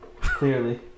clearly